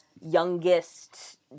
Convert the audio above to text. youngest